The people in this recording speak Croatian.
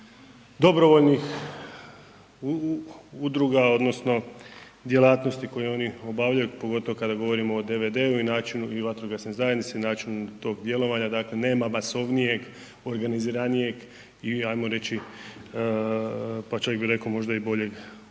dobrovoljnih udruga odnosno djelatnosti koje oni obavljaju pogotovo kada govorimo o DVD-u i način i vatrogasne zajednice i načinu tog djelovanja. Dakle nema masovnijeg, organiziranijeg i ajmo reći pa čak bi rekao, možda boljeg udruženja